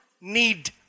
need